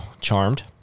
charmed